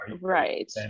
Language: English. right